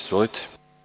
Izvolite.